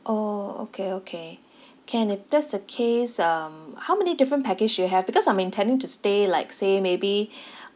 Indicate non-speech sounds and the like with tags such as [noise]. orh okay okay can if that's the case um how many different package do you have because I'm intending to stay like say maybe [breath]